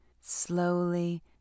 Slowly